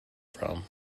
from